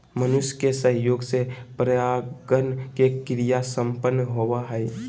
मनुष्य के सहयोग से परागण के क्रिया संपन्न होबो हइ